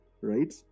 right